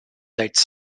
late